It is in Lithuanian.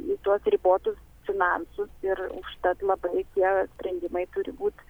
į tuos ribotus finansus ir užtat labai tie sprendimai turi būt